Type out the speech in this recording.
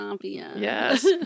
yes